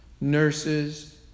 nurses